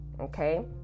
okay